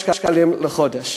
13,500 שקלים לחודש.